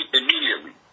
immediately